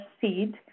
seed